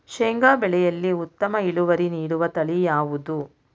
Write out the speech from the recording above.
ಶೇಂಗಾ ಬೆಳೆಯಲ್ಲಿ ಉತ್ತಮ ಇಳುವರಿ ನೀಡುವ ತಳಿ ಯಾವುದು?